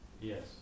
Yes